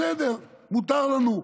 בסדר, מותר לנו.